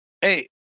Hey